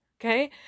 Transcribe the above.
Okay